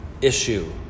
issue